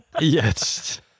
Yes